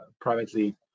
privately